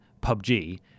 PUBG